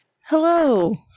Hello